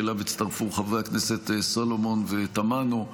שאליו הצטרפו חברי הכנסת סולומון ותמנו,